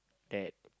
that